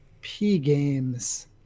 P-Games